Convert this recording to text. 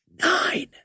Nine